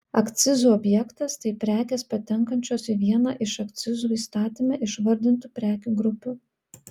akcizų objektas tai prekės patenkančios į vieną iš akcizų įstatyme išvardintų prekių grupių